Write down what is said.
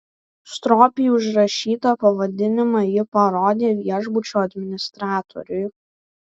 stropiai užrašytą pavadinimą ji parodė viešbučio administratoriui